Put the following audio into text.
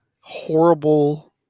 horrible